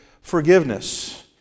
forgiveness